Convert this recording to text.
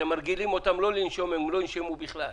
כשאתם מרגילים אותם לא לנשום, הם לא ינשמו בכלל.